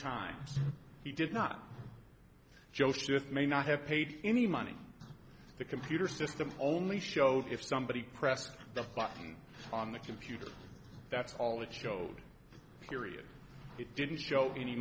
times he did not joshi with may not have paid any money the computer system only showed if somebody pressed the button on the computer that's all it showed period it didn't show any